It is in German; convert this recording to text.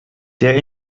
der